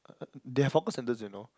they have hawker centres you know